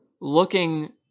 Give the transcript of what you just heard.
looking